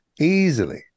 easily